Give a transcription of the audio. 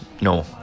no